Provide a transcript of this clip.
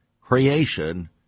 creation